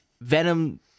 Venom